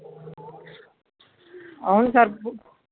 అవును సార్